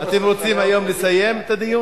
נא לא להפריע.